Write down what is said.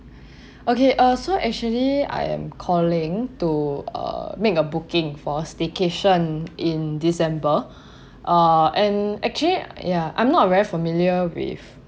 okay uh so actually I am calling to uh make a booking for staycation in december uh and actually ya I'm not a very familiar with